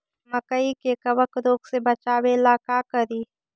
मकई के कबक रोग से बचाबे ला का करि?